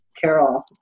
Carol